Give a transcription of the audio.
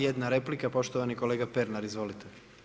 Jedna replika, poštovani kolega Pernar, izvolite.